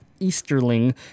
Easterling